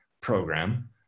program